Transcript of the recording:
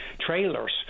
trailers